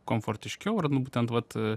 komfortiškiau ar nu būtent vat